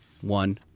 one